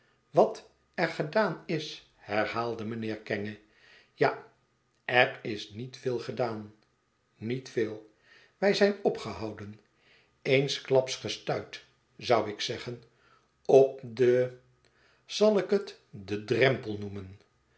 wat er gedaan is herhaalde mijnheer kenge ja er is niet veel gedaan niet veel wij zijn opgehouden eensklaps gestuit zou ik zeggen op den zal ik het den drempel noemen